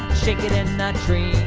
chicken and nut trees